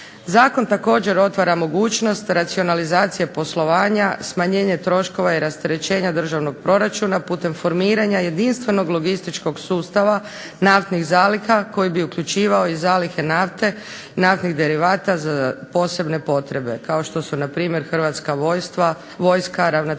Zakon također otvara mogućnost racionalizacije poslovanja, smanjenje troškova i rasterećenja državnog proračuna putem formiranja jedinstvenog logističkog sustava naftnih zaliha koji bi uključivao i zalihe nafte, naftnih derivata za posebne potrebe kao što su na primjer Hrvatska vojska, Ravnateljstvo